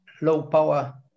low-power